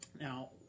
Now